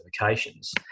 certifications